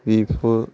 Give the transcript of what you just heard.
beef